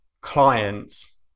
clients